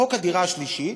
חוק הדירה השלישית,